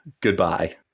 Goodbye